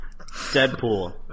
Deadpool